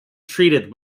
treated